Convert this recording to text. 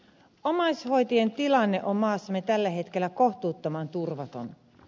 omaishoitajien tilanne on maassamme tällä hetkellä kohtuuttoman turvaton